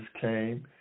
came